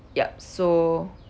yup so